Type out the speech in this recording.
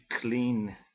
clean